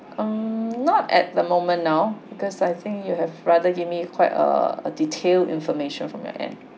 um mm not at the moment now because I think you have rather give me quite err detailed information from your end